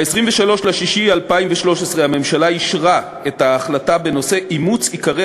ב-23 ביוני 2013 אישרה הממשלה את ההחלטה בנושא אימוץ עיקרי